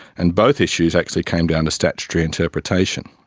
and both issues actually came down to statutory interpretation.